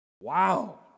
Wow